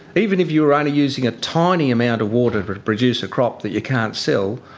even if you were only using a tiny amount of water to produce a crop that you can't sell,